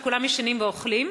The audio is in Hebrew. הוא שכולם ישנים ואוכלים.